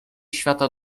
świata